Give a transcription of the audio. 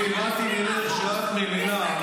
אני הבנתי ממך שאת מלינה,